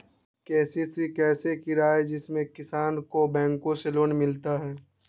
KCC कैसे कराये जिसमे किसान को बैंक से लोन मिलता है?